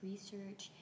Research